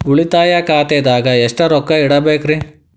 ಉಳಿತಾಯ ಖಾತೆದಾಗ ಎಷ್ಟ ರೊಕ್ಕ ಇಡಬೇಕ್ರಿ?